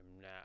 now